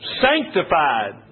sanctified